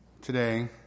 today